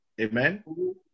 Amen